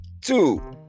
Two